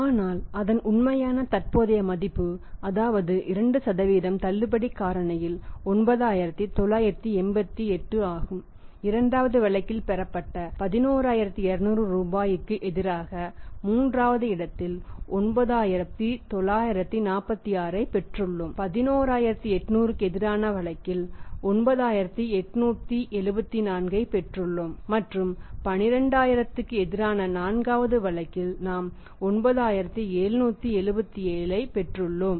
ஆனால் அதன் உண்மையான தற்போதைய மதிப்பு அதாவது 2 தள்ளுபடி காரணியில் 9988 ஆகும் இரண்டாவது வழக்கில் பெறப்பட்ட 11200 ரூபாய்க்கு எதிராக மூன்றாவது இடத்தில் 9946 ஐப் பெற்றுள்ளோம் 11800 க்கு எதிரான வழக்கில் 9874 ஐப் பெறுகிறது மற்றும் 12000 க்கு எதிரான நான்காவது வழக்கில் நாம் 9777 ஐப் பெற்றுள்ளோம்